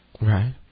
Right